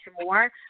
more